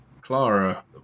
Clara